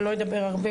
אני לא אדבר הרבה,